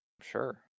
Sure